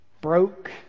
broke